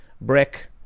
brick